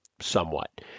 somewhat